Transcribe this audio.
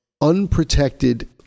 unprotected